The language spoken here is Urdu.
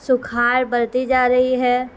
سکھاڑ بڑرھتی جا رہی ہے